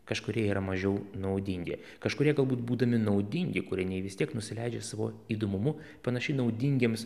kažkurie yra mažiau naudingi kažkurie galbūt būdami naudingi kūriniai vis tiek nusileidžia savo įdomumu panašiai naudingiems